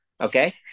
okay